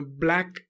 black